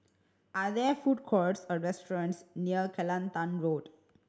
are there food courts or restaurants near Kelantan Road